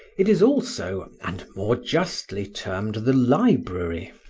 it is also, and more justly, termed the library,